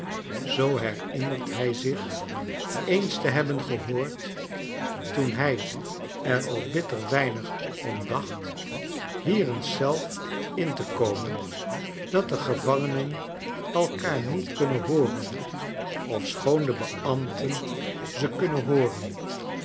zoo herinnert hij zich eens te hebben gehoord toen hij er al bitter weihig om dacht hier eens zelf in te komen dat de gevangenen elkaar niet kunnen hooren ofschoon de beambten ze kunnen hooren